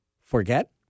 Forget